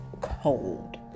cold